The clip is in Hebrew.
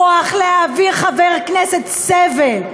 כוח להעביר חבר כנסת סֵבֶל.